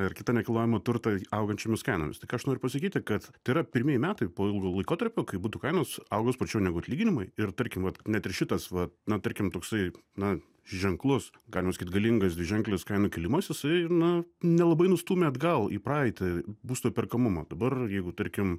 ir kitą nekilnojamą turtą augančiomis kainomis tai ką aš noriu pasakyti kad tai yra pirmieji metai po ilgo laikotarpio kai butų kainos augo sparčiau negu atlyginimai ir tarkim va net ir šitas va na tarkim toksai na ženklus galima sakyt galingas dviženklis kainų kilimas jisai na nelabai nustūmė atgal į praeitį būsto perkamumą dabar jeigu tarkim